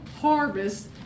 harvest